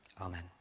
Amen